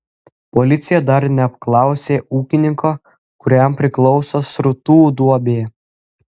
policija dar neapklausė ūkininko kuriam priklauso srutų duobė